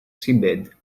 seabed